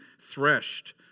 threshed